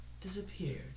disappeared